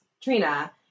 Trina